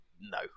no